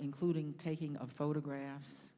including taking of photographs